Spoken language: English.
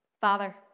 Father